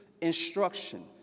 instruction